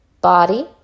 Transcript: body